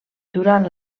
durant